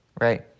Right